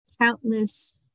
Countless